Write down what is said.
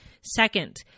Second